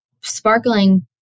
sparkling